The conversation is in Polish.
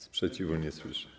Sprzeciwu nie słyszę.